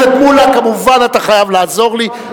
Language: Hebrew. חבר הכנסת מולה, כמובן אתה חייב לעזור לי.